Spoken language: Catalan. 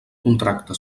contracte